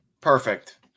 Perfect